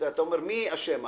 מי אשם?